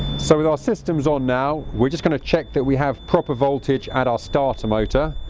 so with our systems on now we're just going to check that we have proper voltage at our starter motor.